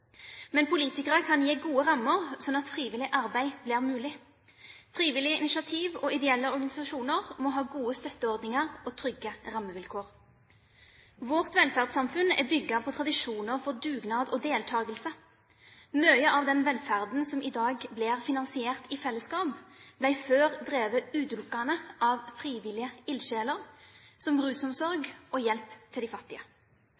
Men politikere kan gi gode rammer, slik at frivillig arbeid blir mulig. Frivillig initiativ og ideelle organisasjoner må ha gode støtteordninger og trygge rammevilkår. Vårt velferdssamfunn er bygd på tradisjoner for dugnad og deltakelse. Mye av den velferden som i dag blir finansiert i fellesskap, som rusomsorg og hjelp til de fattige, ble før drevet utelukkende av frivillige ildsjeler.